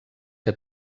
que